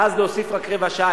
ואז להוסיף רק רבע שעה.